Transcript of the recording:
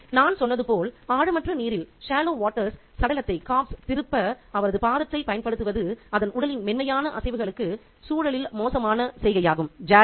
எனவே நான் சொன்னது போல் ஆழமற்ற நீரில் சடலத்தைத் திருப்ப அவரது பாதத்தைப் பயன்படுத்துவது அதன் உடலின் மென்மையான அசைவுகளுக்கு சூழலில் மோசமான சைகையாகும்